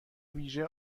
ویژه